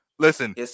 Listen